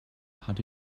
hatte